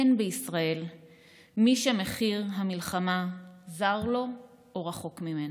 אין בישראל מי שמחיר המלחמה זר לו או רחוק ממנו.